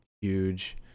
huge